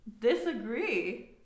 disagree